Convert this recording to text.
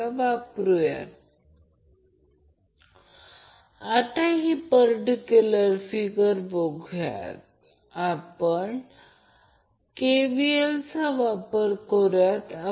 माझा अर्थ असा आहे की जर आपण या लूपमध्ये KVL लागू करतो या प्रकरणात आपण या लूपमध्ये KVL लागू करतो या टर्मप्रमाणे काय येत आहे